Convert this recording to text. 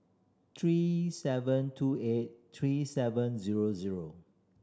three seven two eight three seven zero zero